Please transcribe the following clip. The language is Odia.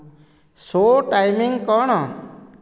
ଶୋ ଟାଇମିଂ କ'ଣ